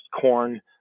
corn